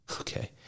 Okay